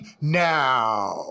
now